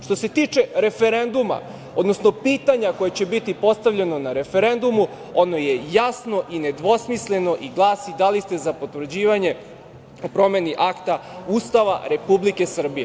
Što se tiče referenduma, odnosno pitanja koje će biti postavljeno na referendumu, ono je jasno i nedvosmisleno i glasi – da li ste za potvrđivanje o promeni Akta Ustava Republike Srbije?